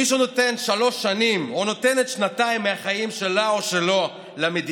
מי שנותן שלוש שנים מהחיים שלו או נותנת